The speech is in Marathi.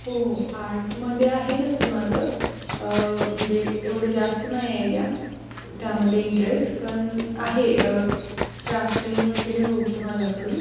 हो हो आर्टमध्ये आहे तसं माझं म्हणजे एवढं जास्त नाही आहे या त्यामध्ये इंटरेस्ट पण आहे क्राफ्टिंग वगैरे होतं माझ्याकडून